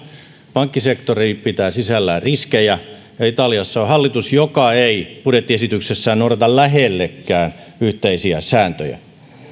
pankkisektori pitää sisällään riskejä ja italiassa on hallitus joka ei budjettiesityksessään noudata lähellekään yhteisiä sääntöjä